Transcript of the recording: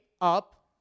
up